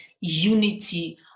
unity